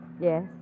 Yes